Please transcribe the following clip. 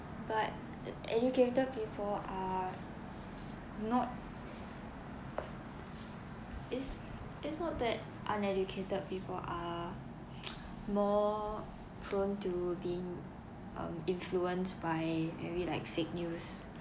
but educated people are not it's it's not that uneducated people are more prone to being um influenced by maybe like fake news